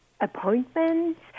appointments